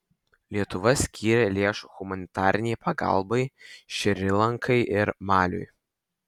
lietuva skyrė lėšų humanitarinei pagalbai šri lankai ir maliui